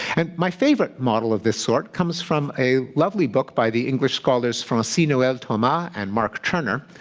and my favourite model of this sort comes from a lovely book by the english scholars francis-noel thomas and mark turner,